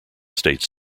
state